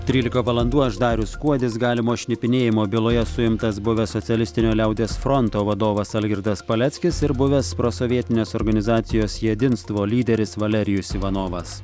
trylika valandų aš darius kuodis galimo šnipinėjimo byloje suimtas buvęs socialistinio liaudies fronto vadovas algirdas paleckis ir buvęs prosovietinės organizacijos jedinstvo lyderis valerijus ivanovas